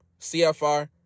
CFR